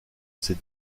ces